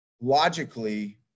logically